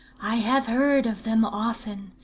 i have heard of them often,